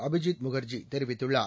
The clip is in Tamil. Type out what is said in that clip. அபிஜித் முகர்ஜி தெரிவித்துள்ளார்